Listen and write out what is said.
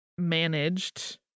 managed